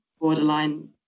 borderline